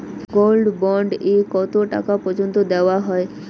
Gold bond এ কতো টাকা পর্যন্ত দেওয়া হয়?